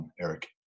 Eric